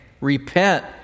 Repent